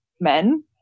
men